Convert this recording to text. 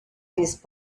these